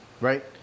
right